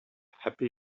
happy